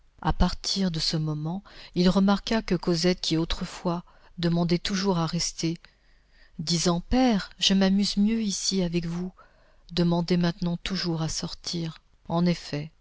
à partir de ce moment il remarqua que cosette qui autrefois demandait toujours à rester disant père je m'amuse mieux ici avec vous demandait maintenant toujours à sortir en effet